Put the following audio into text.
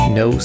no